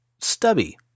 Stubby